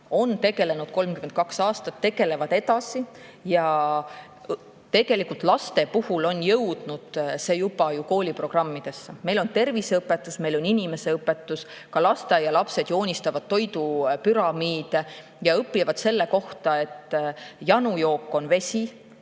tegelenud 32 aastat ja tegelevad edasi. Laste puhul on jõudnud see juba kooliprogrammidesse. Meil on terviseõpetus, meil on inimeseõpetus, ka lasteaialapsed joonistavad toidupüramiide ja õpivad, et janujook on vesi.